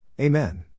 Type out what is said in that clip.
Amen